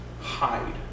hide